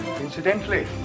Incidentally